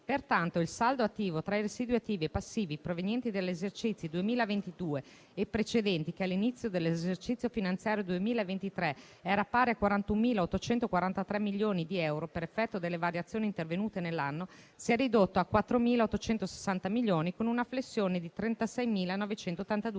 Pertanto, il saldo attivo tra i residui attivi e passivi provenienti dagli esercizi 2022 e precedenti, che all'inizio dell'esercizio finanziario 2023 era pari a 41.843 milioni di euro, per effetto delle variazioni intervenute nell'anno si è ridotto a 4.860 milioni, con una flessione di 36.982 milioni